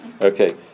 Okay